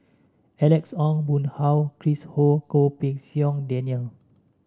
Alex Ong Boon Hau Chris Ho and Goh Pei Siong Daniel